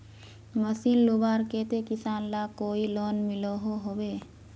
Machine लुबार केते किसान लाक कोई लोन मिलोहो होबे?